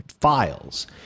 files